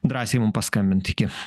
drąsiai mum paskambint iki